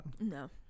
No